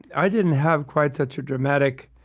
i didn't have quite such a dramatic